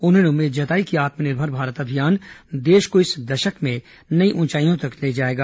उन्होंने उम्मीद जताई कि आत्मनिर्भर भारत अभियान देश को इस दशक में नई ऊंचाइयों तक ले जाएगा